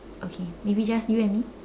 okay maybe just you and me